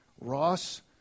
Ross